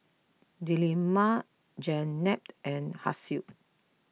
Delima Jenab and Hasif